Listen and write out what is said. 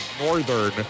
Northern